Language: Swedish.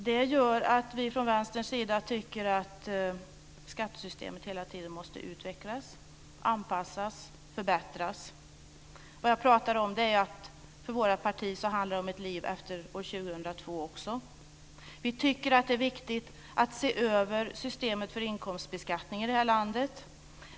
Det gör att vi från Vänsterns sida tycker att skattesystemet hela tiden måste utvecklas, anpassas och förbättras. För vårt partis del handlar det här om ett liv också efter år 2002. Vi tycker att det är viktigt att se över systemet för inkomstbeskattningen i vårt land.